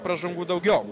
pražangų daugiau